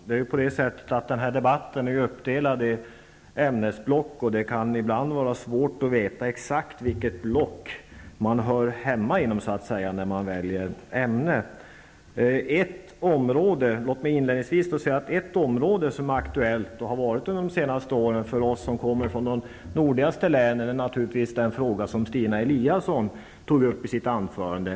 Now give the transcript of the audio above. Herr talman! Den här debatten är uppdelad i olika ämnesblock. Det kan vara svårt att exakt veta inom vilket block det ämne som man väljer så att säga hör hemma. Ett område som är, och som under de senaste åren har varit, aktuellt för oss som kommer från de nordligaste länen är naturligtvis det område som Stina Eliasson tog upp i sitt anförande.